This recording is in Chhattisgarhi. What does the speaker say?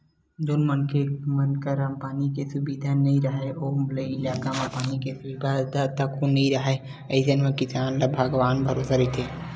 जउन मनखे मन करा पानी के सुबिधा नइ राहय ओ इलाका म पानी के सुबिधा तको नइ राहय अइसन म किसान मन भगवाने भरोसा रहिथे